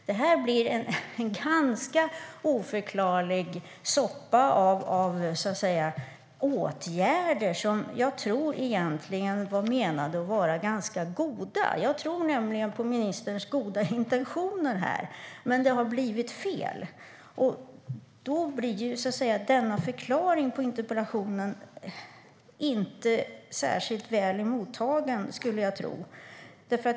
Det blir en ganska oförklarlig soppa av åtgärder som jag egentligen tror var menade att vara goda. Jag tror nämligen på ministerns goda intentioner. Men det har blivit fel. Då blir förklaringen i interpellationssvaret inte särskilt väl mottagen, skulle jag tro.